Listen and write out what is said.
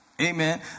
Amen